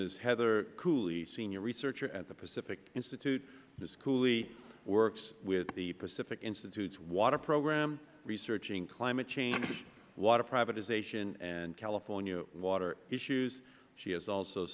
ms heather cooley senior researcher at the pacific institute ms cooley works with the pacific institute's water program researching climate change water privatization and california water issues she has also